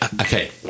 okay